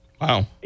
Wow